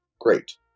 great